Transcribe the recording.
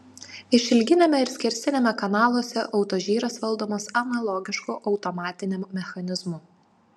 išilginiame ir skersiniame kanaluose autožyras valdomas analogišku automatiniam mechanizmu